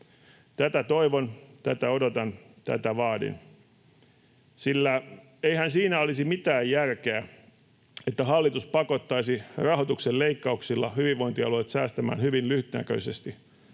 Tätä toivon, tätä odotan, tätä vaadin, sillä eihän siinä olisi mitään järkeä, että hallitus pakottaisi rahoituksen leikkauksilla hyvinvointialueet säästämään hyvin lyhytnäköisesti,